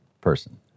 person